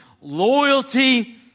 loyalty